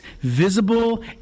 visible